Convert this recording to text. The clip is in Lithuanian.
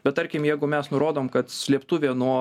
bet tarkim jeigu mes nurodom kad slėptuvė nuo